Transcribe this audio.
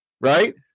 right